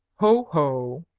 ho! ho!